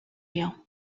you